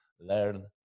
learn